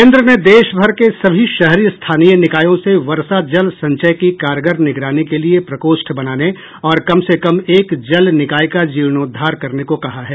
केन्द्र ने देशभर के सभी शहरी स्थानीय निकायों से वर्षा जल संचय की कारगर निगरानी के लिए प्रकोष्ठ बनाने और कम से कम एक जल निकाय का जीर्णोद्धार करने को कहा है